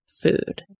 food